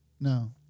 No